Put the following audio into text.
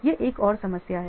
यह एक और समस्या है